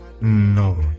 no